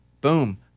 boom